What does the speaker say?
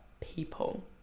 people